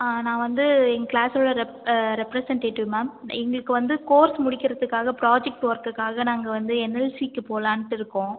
ஆ நான் வந்து எங்கள் கிளாஸோட ரெப் ரெப்ரசன்டேட்டிவ் மேம் எங்களுக்கு வந்து கோர்ஸ் முடிக்கிறதுக்காக ப்ராஜெக்ட் ஒர்க்குக்காக நாங்கள் வந்து என்எல்சிக்கு போலாம்ட்டு இருக்கோம்